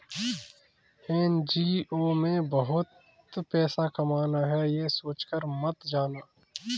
NGO में तुम पैसा कमाना है, ये सोचकर मत जाना